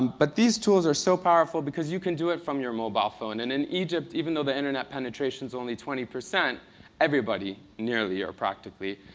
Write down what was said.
but these tools are so powerful because you can do it from your mobile phone. and in egypt, even though the internet penetration's only twenty, everybody, nearly or practically,